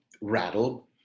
rattled